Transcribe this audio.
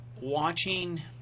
watching